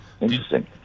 Interesting